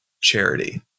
charity